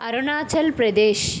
Arunachal Pradesh